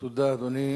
תודה, אדוני.